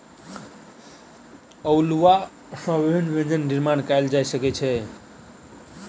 अउलुआ सॅ विभिन्न व्यंजन निर्माण कयल जा सकै छै